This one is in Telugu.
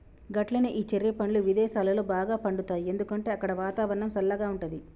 గట్లనే ఈ చెర్రి పండ్లు విదేసాలలో బాగా పండుతాయి ఎందుకంటే అక్కడ వాతావరణం సల్లగా ఉంటది